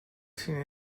seen